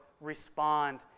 respond